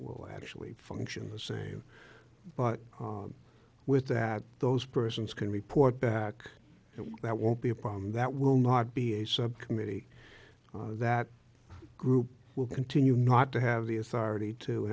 will actually function the same but with that those persons can report back and that won't be a problem that will not be a subcommittee that group will continue not to have the authority to